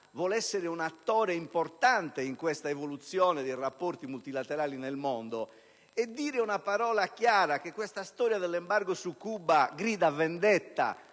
vuole essere un attore importante in questa evoluzione dei rapporti multilaterali nel mondo. Pertanto, deve dire una parola chiara sul fatto che l'embargo su Cuba grida vendetta